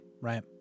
right